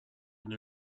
and